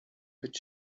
być